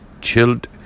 chilled